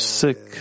sick